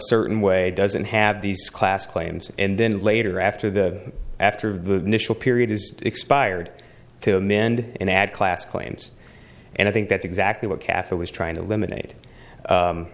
certain way doesn't have these class claims and then later after the after the initial period is expired to mynde and add class claims and i think that's exactly what catherine was trying to eliminate